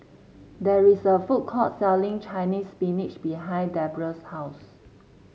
there is a food court selling Chinese Spinach behind Deborrah's house